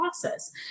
process